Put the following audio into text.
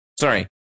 Sorry